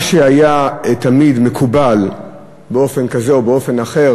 מה שהיה תמיד מקובל באופן כזה או באופן אחר,